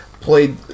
played